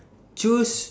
choose